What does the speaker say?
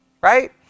right